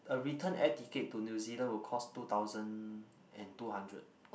a return air ticket to New-Zealand will cost two thousand and two hundred